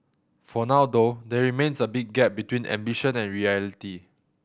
for now though there remains a big gap between ambition and reality